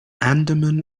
andaman